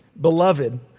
Beloved